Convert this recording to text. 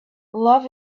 love